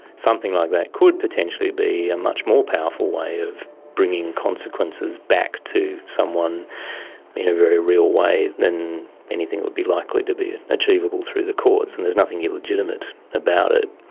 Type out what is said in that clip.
something like that could potentially be a much more powerful way of bringing consequences back to someone in a very real way than anything that would be likely to be achievable through the courts and there's nothing illegitimate about it.